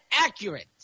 accurate